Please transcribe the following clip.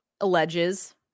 alleges